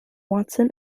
watson